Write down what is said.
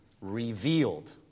revealed